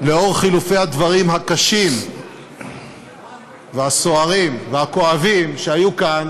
לנוכח חילופי הדברים הקשים והסוערים והכואבים שהיו כאן